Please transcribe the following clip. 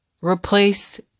replace